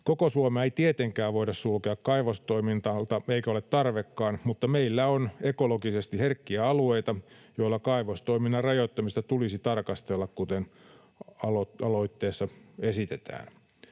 Koko Suomea ei tietenkään voida sulkea kaivostoiminnalta eikä ole tarvekaan, mutta meillä on ekologisesti herkkiä alueita, joilla kaivostoiminnan rajoittamista tulisi tarkastella, kuten aloitteessa esitetään.